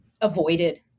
avoided